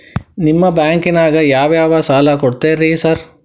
ನಿಮ್ಮ ಬ್ಯಾಂಕಿನಾಗ ಯಾವ್ಯಾವ ಸಾಲ ಕೊಡ್ತೇರಿ ಸಾರ್?